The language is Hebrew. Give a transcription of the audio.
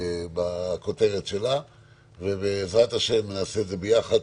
בעזרת השם נעשה את זה יחד.